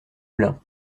blein